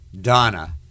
donna